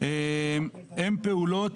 הן פעולות